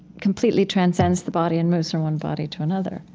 completely transcends the body and moves from one body to another.